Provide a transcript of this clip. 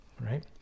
right